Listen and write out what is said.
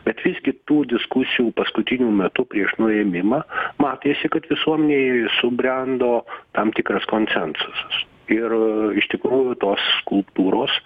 bet visgi tų diskusijų paskutiniu metu prieš nuėmimą matėsi kad visuomenėj subrendo tam tikras konsensusas ir iš tikrųjų tos skulptūros